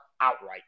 outright